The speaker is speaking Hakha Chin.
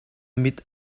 mit